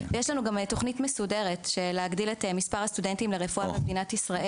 יש לנו גם תכנית מסודרת להגדיל את מספר הסטודנטים לרפואה במדינת ישראל.